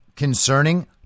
concerning